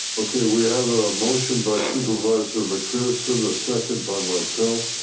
okay. we have a motion by supervisor mcpherson, the second by myself,